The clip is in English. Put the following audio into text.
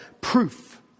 proof